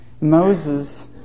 Moses